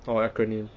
for a acronym